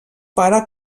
pare